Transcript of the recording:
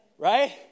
Right